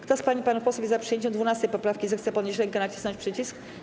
Kto z pań i panów posłów jest za przyjęciem 12. poprawki, zechce podnieść rękę i nacisnąć przycisk.